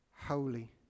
holy